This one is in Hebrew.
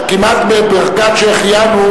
כמעט בברכת "שהחיינו",